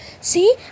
see